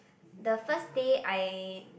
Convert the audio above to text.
the first day I